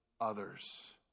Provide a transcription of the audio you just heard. others